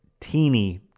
teeny